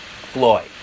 Floyd